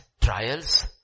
trials